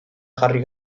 jarri